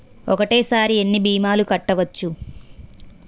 ఒక్కటేసరి ఎన్ని భీమాలు కట్టవచ్చు?